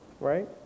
right